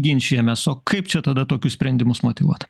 ginčijamės o kaip čia tada tokius sprendimus motyvuot